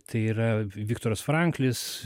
tai yra viktoras franklis